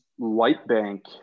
LightBank